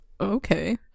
Okay